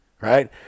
right